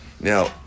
Now